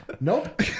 Nope